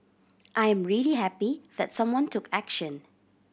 I am really happy that someone took action